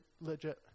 legit